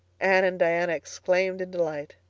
anne and diana exclaimed in delight.